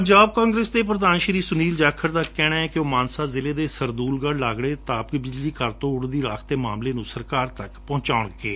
ਪੰਜਾਬ ਕਾਂਗਰਸ ਦੇ ਪ੍ਰਧਾਨ ਸ਼ੀ ਸੁਨੀਲ ਜਾਖੜ ਦਾ ਕਹਿਣੈ ਕਿ ਉਹ ਮਾਨਸਾ ਜਿਲੇ ਦੇ ਸੰਦੁਲਗੜ ਲਾਗਲੇ ਤਾਪ ਬਿਜਲੀ ਘਰ ਤੋ ਉਡਦੀ ਰਾਖ ਦੇ ਮਾਮਲੇ ਨੂੰ ਸਰਕਾਰ ਤੱਕ ਪਹੁੰਚਾਉਣਗੇ